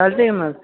चालतं आहे की मग